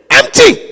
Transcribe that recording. empty